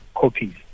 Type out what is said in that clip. copies